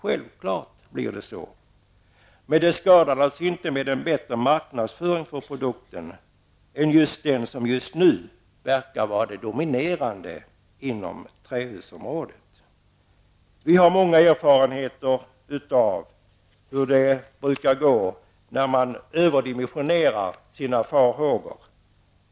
Självfallet blir det så, men det skadar inte med en bättre marknadsföring för produkten än den som just nu verkar vara dominerande inom trähusområdet. Vi har många erfarenheter av hur det brukar gå när man överdimensionerar sina farhågor.